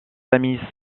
amis